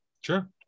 Sure